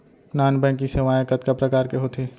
non banking सेवाएं कतका प्रकार के होथे